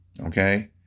okay